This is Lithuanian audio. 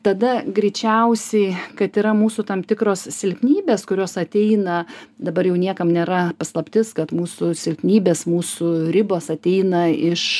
tada greičiausiai kad yra mūsų tam tikros silpnybės kurios ateina dabar jau niekam nėra paslaptis kad mūsų silpnybės mūsų ribos ateina iš